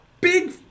Big